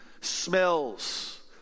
smells